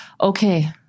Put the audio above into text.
okay